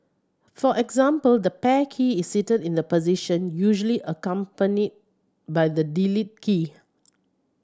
for example the Pair key is sited in the position usually accompany by the Delete key